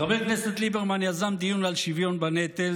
חבר הכנסת ליברמן יזם דיון על שוויון בנטל,